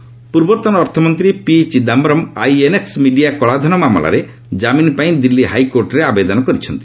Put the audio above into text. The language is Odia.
ଚିଦାମ୍ଘରମ୍ ପୂର୍ବତନ ଅର୍ଥମନ୍ତ୍ରୀ ପି ଚିଦାୟରମ୍ ଆଇଏନ୍ଏକ୍କ ମିଡିଆ କଳାଧନ ମାମଲାରେ କାମିନ୍ ପାଇଁ ଦିଲ୍ଲୀ ହାଇକୋର୍ଟରେ ଆବେଦନ କରିଛନ୍ତି